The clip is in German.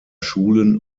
schulen